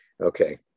Okay